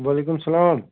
وعلیکُم سلام